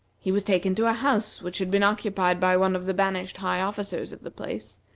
he was taken to a house which had been occupied by one of the banished high officers of the place,